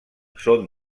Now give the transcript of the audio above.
són